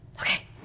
okay